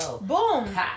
Boom